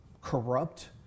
corrupt